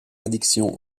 addiction